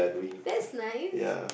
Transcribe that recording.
that's nice